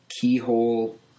keyhole